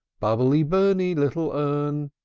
bubbly, burny, little urn!